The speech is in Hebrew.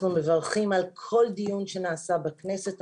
אנחנו מברכים על כל דיון שנעשה בכנסת.